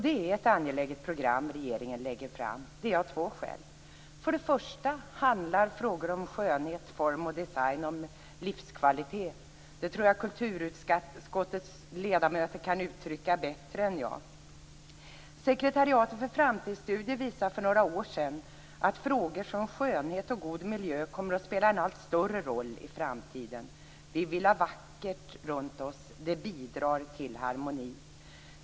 Det är ett angeläget program som regeringen lägger fram, och det av två skäl. För det första handlar frågor om skönhet, form och design om livskvalitet. Det tror jag kulturutskottets ledamöter kan uttrycka bättre än jag. Sekretariatet för framtidsstudier visade för några år sedan att frågor som skönhet och god miljö kommer att spela en allt större roll i framtiden. Vi vill ha vackert runt oss. Det bidrar till harmoni.